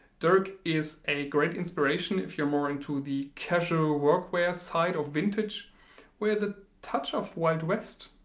dirk is a great inspiration if you're more into the casual workwear side of vintage with a touch of wild west.